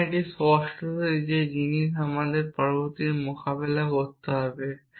সুতরাং এটি স্পষ্টতই সেই জিনিস যা আমাদের পরবর্তী মোকাবেলা করতে হবে